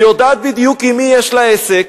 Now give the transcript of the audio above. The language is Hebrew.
והיא יודעת בדיוק עם מי יש לה עסק,